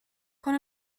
con